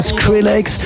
Skrillex